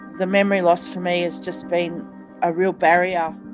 the memory loss for me has just been a real barrier.